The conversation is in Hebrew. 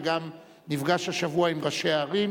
וגם נפגש השבוע עם ראשי הערים,